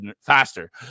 Faster